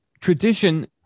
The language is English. tradition